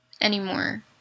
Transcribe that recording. anymore